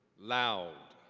loud.